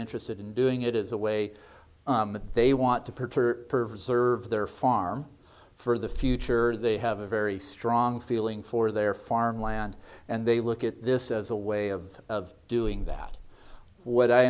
interested in doing it as a way that they want to protect or serve their farm for the future they have a very strong feeling for their farmland and they look at this as a way of doing that what i